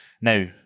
now